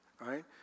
right